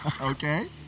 Okay